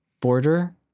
border